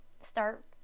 start